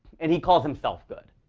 and he calls himself good.